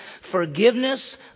forgiveness